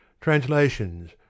Translations